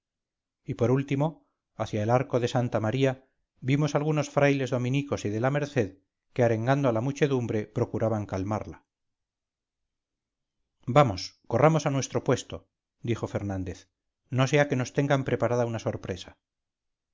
y por último hacia el arco de santa maría vimos algunos frailes dominicos y de la merced que arengando a la muchedumbre procuraban calmarla vamos corramos a nuestro puesto dijofernández no sea que nos tengan preparada una sorpresa